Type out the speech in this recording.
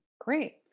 Great